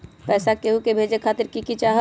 पैसा के हु के भेजे खातीर की की चाहत?